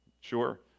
Sure